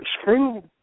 screw